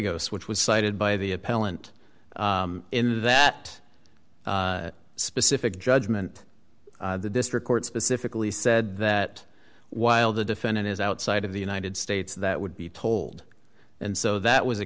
go switch was cited by the appellant in that specific judgment the district court specifically said that while the defendant is outside of the united states that would be told and so that was a